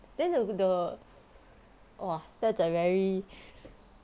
then the the !wah! that's a very